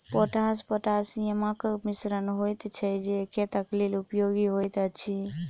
potash पोटासियमक मिश्रण होइत छै जे खेतक लेल उपयोगी होइत अछि